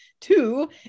Two